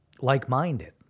like-minded